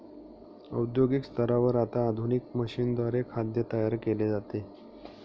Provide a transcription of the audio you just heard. औद्योगिक स्तरावर आता आधुनिक मशीनद्वारे खाद्य तयार केले जाते